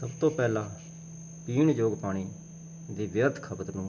ਸਭ ਤੋਂ ਪਹਿਲਾਂ ਪੀਣ ਯੋਗ ਪਾਣੀ ਦੀ ਵਿਅਰਥ ਖਪਤ ਨੂੰ